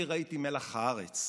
אני ראיתי מלח הארץ.